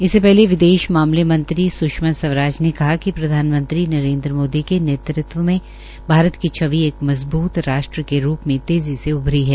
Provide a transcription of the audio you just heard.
इससेक पहले विदेश मामले मंत्री स्षमा स्वराज ने कहा कि प्रधानमंत्री नरेन्द्र मोदी के नेतृत्व में भारत की छवि एक मजबूत राष्ट्र के रूप में तेज़ी से उभरी है